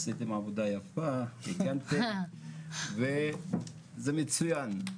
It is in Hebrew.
עשיתם עבודה יפה וזה מצוין.